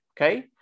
Okay